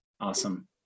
Awesome